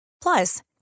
Plus